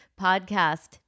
podcast